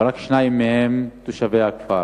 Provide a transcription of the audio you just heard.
ורק שניים מהם תושבי הכפר.